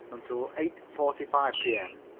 until eight forty five p m.